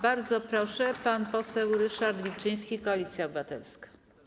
Bardzo proszę, pan poseł Ryszard Wilczyński, Koalicja Obywatelska.